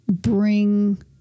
bring